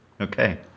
Okay